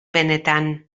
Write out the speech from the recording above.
benetan